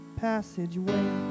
passageway